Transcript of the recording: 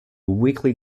weekly